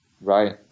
Right